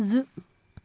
زٕ